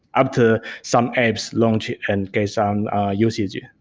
after some apps launched and gained some usage. yeah